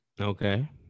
Okay